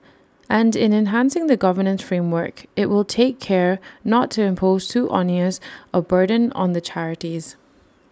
and in enhancing the governance framework IT will take care not to impose too onerous A burden on the charities